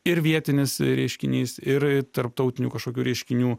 ir vietinis reiškinys ir tarptautinių kažkokių reiškinių